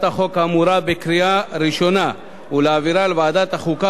החוק האמורה בקריאה ראשונה ולהעבירה לוועדת החוקה,